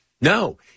No